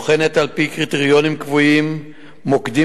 והיא בוחנת על-פי קריטריונים קבועים מוקדים